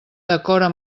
decora